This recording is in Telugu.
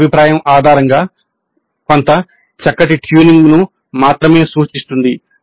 ఈ అభిప్రాయం ఆధారంగా కొంత చక్కటి ట్యూనింగ్ను మాత్రమే సూచిస్తుంది